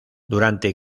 durante